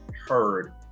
heard